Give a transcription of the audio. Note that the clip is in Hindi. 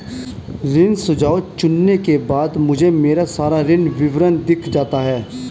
ऋण सुझाव चुनने के बाद मुझे मेरा सारा ऋण विवरण दिख जाता है